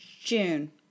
June